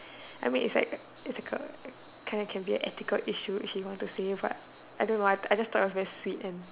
I mean is like difficult and it can can be an ethical issue if you want to say but I don't know I I just thought that it was really sweet and